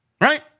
Right